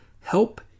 Help